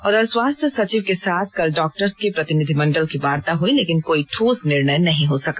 उधर स्वास्थ्य सचिव के साथ कल डॉक्टर्स के प्रतिनिधिमंडल की वार्ता हुई लेकिन कोई ठोस निर्णय नहीं हो सका